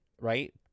right